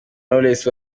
knowless